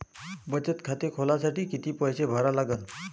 बचत खाते खोलासाठी किती पैसे भरा लागन?